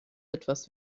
etwas